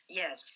yes